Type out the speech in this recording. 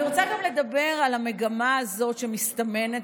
אני רוצה גם לדבר על המגמה הזאת שמסתמנת,